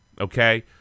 okay